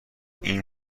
این